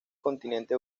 continente